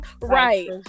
Right